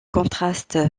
contrastes